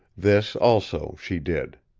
this also, she did.